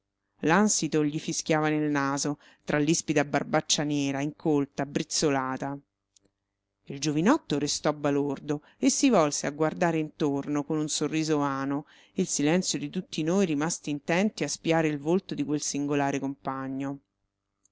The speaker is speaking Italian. petto l'ansito gli fischiava nel naso tra l'ispida barbaccia nera incolta brizzolata il giovinotto restò balordo e si volse a guardare intorno con un sorriso vano il silenzio di tutti noi rimasti intenti a spiare il volto di quel singolare compagno